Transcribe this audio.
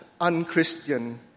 Unchristian